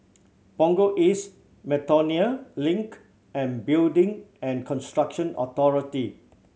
Punggol East Miltonia Link and Building and Construction Authority